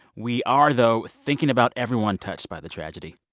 we are, though, thinking about everyone touched by the tragedy.